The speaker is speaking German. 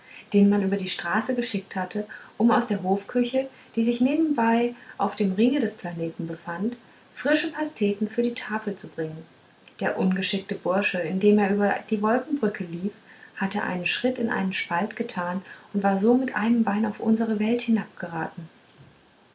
den man über die straße geschickt hatte um aus der hofküche die sich nebenbei auf dem ringe des planeten befand frische pasteten für die tafel zu bringen der ungeschickte bursche indem er über die wolkenbrücke lief hatte einen schritt in einen spalt getan und war so mit einem bein auf unsere welt